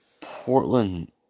Portland